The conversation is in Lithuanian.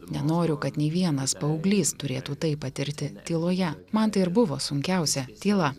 nenoriu kad nei vienas paauglys turėtų tai patirti tyloje man tai ir buvo sunkiausia tyla